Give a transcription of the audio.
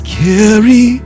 carry